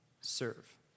serve